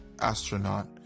astronaut